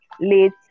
late